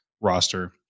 roster